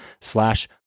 slash